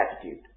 attitude